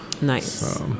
Nice